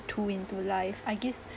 to into life I guess